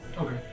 Okay